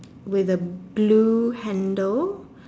with the blue handle